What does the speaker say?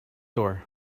door